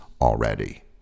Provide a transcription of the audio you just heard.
already